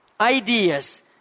ideas